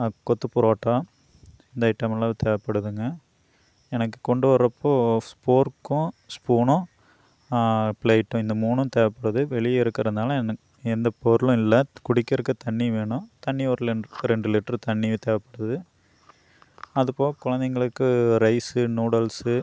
கொத்து புரோட்டா இந்த ஐட்டமெல்லாம் தேவைப்படுத்துங்க எனக்கு கொண்டு வரப்போது ஃபோர்க்கும் ஸ்பூனும் ப்ளேட்டும் இந்த மூணும் தேவைப்படுது வெளியே இருக்கிறதுனால எனக்கு எந்த பொருளும் இல்லை குடிக்கிறக்கு தண்ணி வேணும் தண்ணி ஒரு ரெண்ட் ரெண்டு லிட்ரு தண்ணி தேவைப்படுது அது போக குழந்தைங்களுக்கு ரைஸ்ஸு நூடுல்ஸ்ஸு